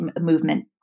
movement